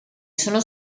sono